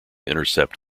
intercept